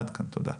עד כאן, תודה.